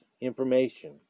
information